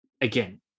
Again